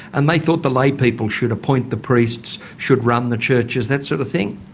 and they thought the laypeople should appoint the priests, should run the churches, that sort of thing?